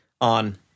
on